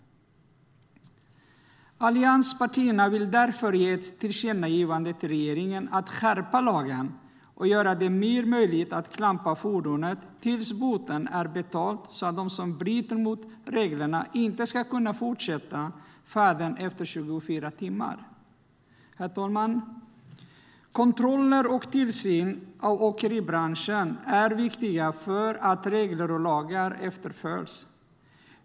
Allianspartierna vill därför göra ett tillkännagivande till regeringen om att skärpa lagen och göra det mer möjligt att klampa fordonet tills boten är betald, så att de som bryter mot reglerna inte ska kunna fortsätta färden efter 24 timmar. Herr talman! Kontroller och tillsyn av åkeribranschen är viktiga för att regler och lagar ska efterföljas.